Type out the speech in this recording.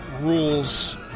rules